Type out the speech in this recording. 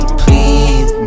please